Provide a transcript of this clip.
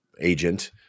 agent